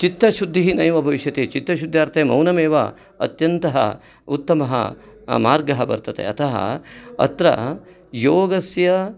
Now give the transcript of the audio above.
चित्तशुद्धिः नैव भविष्यति चित्तशुद्धार्थे मौनम् एव अत्यन्त उत्तमः मार्गः वर्तते अतः अत्र योगस्य